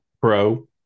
pro